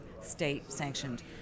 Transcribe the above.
state-sanctioned